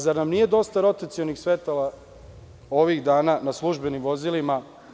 Zar nam nije dosta rotacionih svetala ovih dana na službenim vozilima?